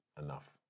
enough